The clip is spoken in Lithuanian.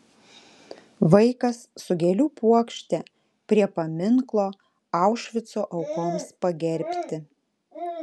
vaikas su gėlių puokšte prie paminklo aušvico aukoms pagerbti